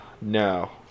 No